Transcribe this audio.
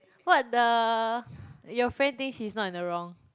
what the your friend thinks he's not in the wrong